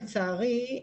לצערי,